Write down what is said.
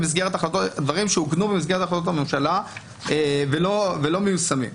דברים שעוגנו במסגרת החלטות הממשלה ולא מיושמים.